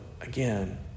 again